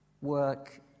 Work